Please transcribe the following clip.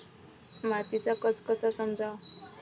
मातीचा कस कसा समजाव?